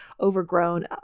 overgrown